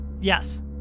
Yes